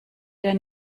der